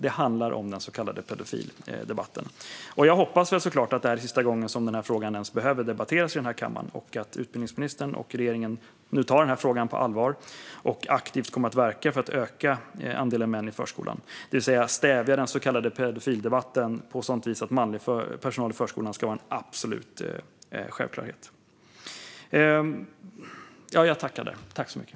Det handlar om den så kallade pedofildebatten. Jag hoppas såklart att det här är sista gången som frågan ens behöver debatteras i den här kammaren och att regeringen och utbildningsministern tar frågan på allvar och kommer att verka aktivt för att öka andelen män i förskolan, det vill säga stävja den så kallade pedofildebatten på ett sådant vis att manlig personal i förskolan ska vara en absolut självklarhet.